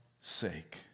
sake